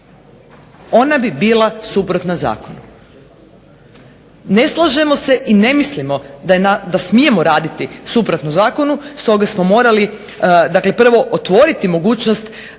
Ona bi bila suprotna zakonu. Ne slažemo se i ne mislimo da smijemo raditi suprotno zakonu stoga smo morali prvo otvoriti mogućnost